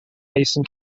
mason